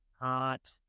hot